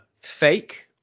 fake